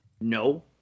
No